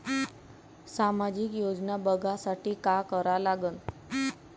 सामाजिक योजना बघासाठी का करा लागन?